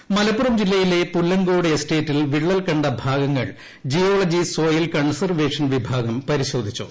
വിള്ളൽ മലപ്പുറം ജില്ലയിലെ പുല്ലങ്കോട് എസ്റ്റേറ്റിൽ വിള്ളൽ കണ്ട ഭാഗങ്ങൾ ജിയോളജി സോയിൽ കൺസർവേഷൻ വിഭാഗം പരിശോധിച്ചു